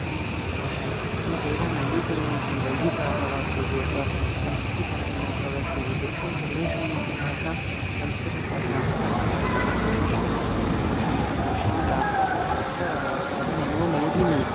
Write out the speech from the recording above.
संस्कृतभाषा ये देवानङ्गीकुर्वन्ति वैदिकाः वा स्युः अथवा संस्कृतिपरायणाः वा स्युः तेषां सर्वेषामपि भाषा संस्कृतभाषा अत्यन्तं विशिष्टा अत्यन्तं विशुद्धा विशाला सर्वजनमनोमोदिनी